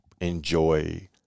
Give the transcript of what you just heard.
enjoy